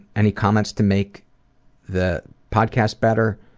any comments to make the podcast better?